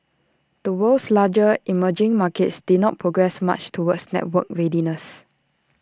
the world's larger emerging markets did not progress much towards networked readiness